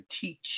teach